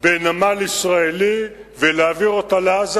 בנמל ישראלי ולהעביר לעזה,